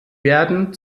werden